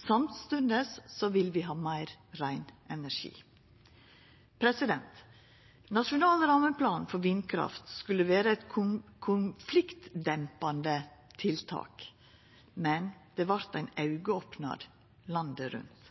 Samstundes vil vi ha meir rein energi. Nasjonal rammeplan for vindkraft skulle vera eit konfliktdempande tiltak, men det vart ein augeopnar – landet rundt.